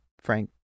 frank